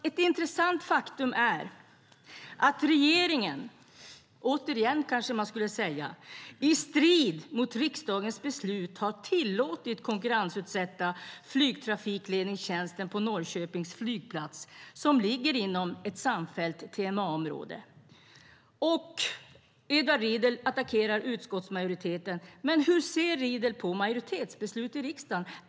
Ett intressant faktum är att regeringen - återigen, kanske man skulle säga - i strid med riksdagens beslut har tillåtit konkurrensutsättning av flygtrafikledningstjänsten på Norrköpings flygplats som ligger inom ett samfällt TMA-område. Edward Riedl attackerar utskottsmajoriteten. Men hur ser Riedl på majoritetsbeslut i riksdagen?